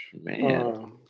Man